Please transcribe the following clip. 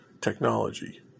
technology